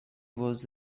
was